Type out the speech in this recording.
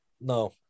no